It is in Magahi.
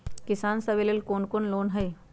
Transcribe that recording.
किसान सवे लेल कौन कौन से लोने हई?